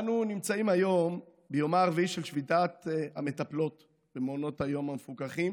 אנו נמצאים היום ביומה הרביעי של שביתת המטפלות במעונות היום המפוקחים,